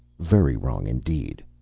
very wrong indeed.